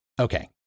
Okay